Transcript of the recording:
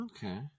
Okay